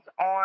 on